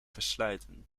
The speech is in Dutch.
verslijten